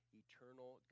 eternal